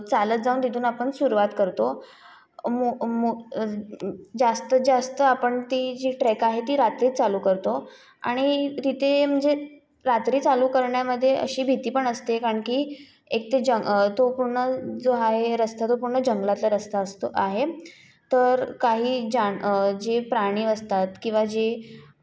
चालत जाऊन तिथून आपण सुरुवात करतो मो मो ज अ जास्त जास्त आपण ती जी ट्रेक आहे ती रात्रीच चालू करतो आणि तिथे म्हणजे रात्री चालू करण्यामध्ये अशी भीती पण असते कारण की एक ते जंग तो पूर्ण आहे रस्ता तो पूर्ण जंगलातला रस्ता असतो आहे तर काही जाण जे प्राणी असतात किंवा जे